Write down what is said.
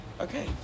okay